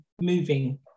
moving